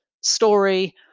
story